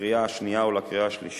לקריאה השנייה ולקריאה השלישית.